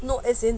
no as in